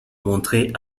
montré